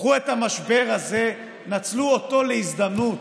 קחו את המשבר הזה, נצלו אותו להזדמנות.